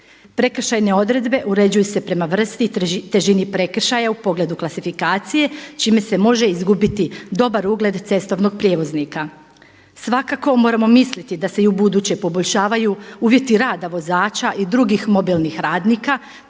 Prekršajne odredbe uređuju se prema vrsti i težini prekršaja u pogledu klasifikacije čime se može izgubiti dobar ugled cestovnog prijevoznika. Svakako moramo misliti da se i ubuduće poboljšavaju uvjeti rada vozača i drugih mobilnih radnika,